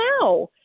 now